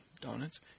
Donuts